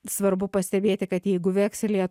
svarbu pastebėti kad jeigu vekselyje